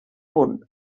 punt